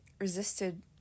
resisted